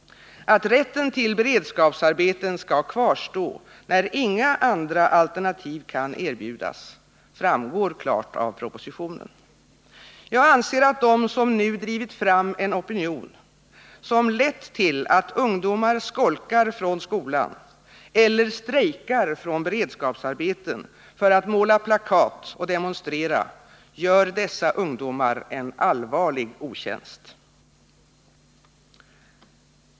Att rätten till beredskapsarbeten skall kvarstå, när inga andra alternativ kan erbjudas, frarhgår klart av propositionen. Jag anser att de som nu har drivit fram en opinion som lett till att ungdomar skolkar från skolan eller strejkar från beredskapsarbeten för att måla plakat och demonstrera gör dessa ungdomar en allvarlig otjänst.